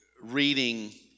reading